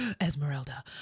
Esmeralda